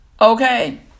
Okay